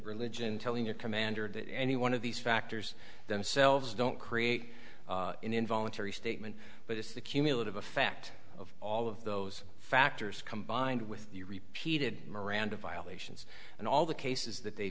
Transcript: religion telling your commander that any one of these factors themselves don't create an involuntary statement but it's the cumulative effect of all of those factors combined with the repeated miranda violations and all the cases that they